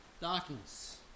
darkness